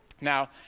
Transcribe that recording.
Now